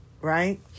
right